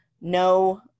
no